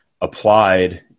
applied